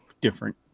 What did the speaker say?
different